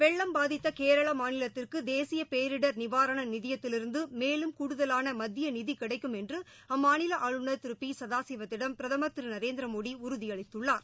வெள்ளம் பாதித்த கேரள மாநிலத்திற்கு தேசிய பேரிடர் நிவாரண நிதியத்திலிருந்து மேலும் கூடுதலான மத்திய நிதி கிடைக்கும் என்று அம்மாநில ஆளுநர் திரு பி சதாசிவத்திடம் பிரதமர் திரு நரேந்திர மோடி உறுதியளித்துள்ளார்